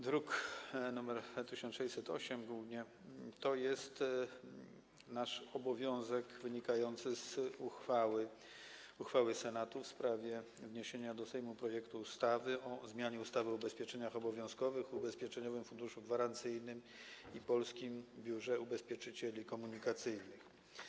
Druk nr 1608, o ten głównie chodzi, jest wypełnieniem naszego obowiązku wynikającego z uchwały Senatu w sprawie wniesienia do Sejmu projektu ustawy o zmianie ustawy o ubezpieczeniach obowiązkowych, Ubezpieczeniowym Funduszu Gwarancyjnym i Polskim Biurze Ubezpieczycieli Komunikacyjnych.